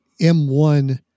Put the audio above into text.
M1